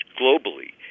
globally